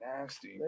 nasty